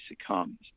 succumbs